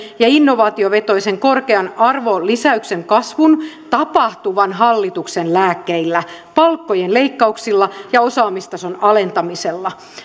ja innovaatiovetoisen korkean arvonlisäyksen kasvun tapahtuvan hallituksen lääkkeillä palkkojen leikkauksilla ja osaamistason alentamisella